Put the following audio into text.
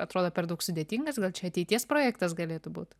atrodo per daug sudėtingas gal čia ateities projektas galėtų būt